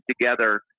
together